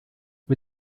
wir